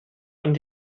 und